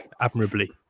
admirably